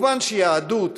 מובן שיהדות,